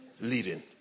leading